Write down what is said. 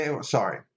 Sorry